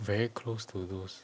very close to those